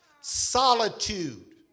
solitude